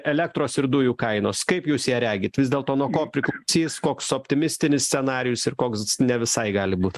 elektros ir dujų kainos kaip jūs ją regit vis dėlto nuo ko priklausys koks optimistinis scenarijus ir koks ne visai gali būt